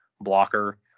blocker